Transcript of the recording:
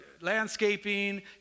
landscaping